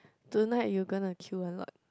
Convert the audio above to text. tonight you going to kill a lot